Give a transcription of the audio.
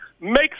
makes